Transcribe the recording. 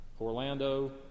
Orlando